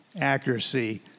accuracy